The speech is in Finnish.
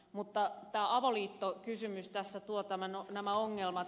mutta tämä avoliittokysymys tässä tuo nämä ongelmat